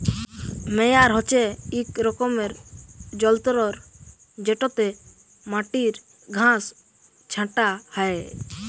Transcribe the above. মেয়ার হছে ইক রকমের যল্তর যেটতে মাটির ঘাঁস ছাঁটা হ্যয়